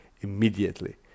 immediately